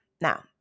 Now